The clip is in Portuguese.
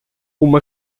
uma